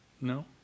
No